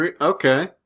Okay